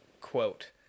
quote